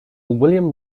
william